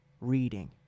reading